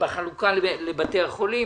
בחלוקה לבתי החולים.